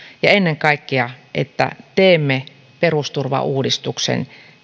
ja ennen kaikkea siten että teemme perusturvauudistuksen